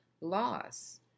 loss